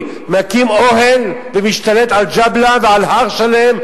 מקים אוהל ומשתלט על ג'בלאה ועל הר שלם,